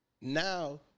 now